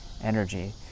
energy